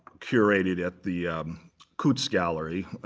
curated at the kootz gallery,